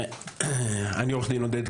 לילך,